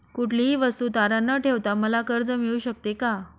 कुठलीही वस्तू तारण न ठेवता मला कर्ज मिळू शकते का?